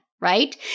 right